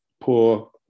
poor